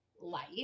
life